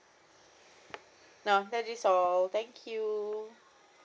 no that is all thank you